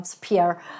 Pierre